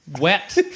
Wet